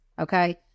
Okay